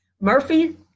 Murphy